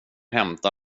hämta